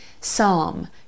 Psalm